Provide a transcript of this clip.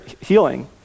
healing